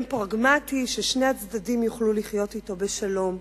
פרגמטי ששני הצדדים יוכלו לחיות אתו בשלום.